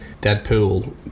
deadpool